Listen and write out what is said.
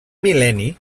mil·lenni